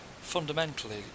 fundamentally